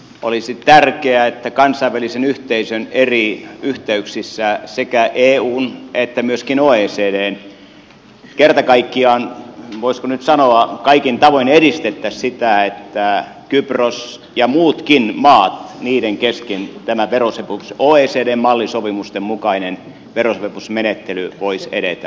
olisi tärkeää että kansainvälisen yhteisön eri yhteyksissä sekä eun että myöskin oecdn kerta kaikkiaan voisiko nyt sanoa kaikin tavoin edistettäisiin sitä että kyproksen ja muidenkin maiden kesken tämä oecdn mallisopimusten mukainen verosopimusmenettely voisi edetä